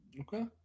Okay